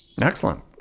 Excellent